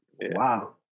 Wow